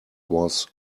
was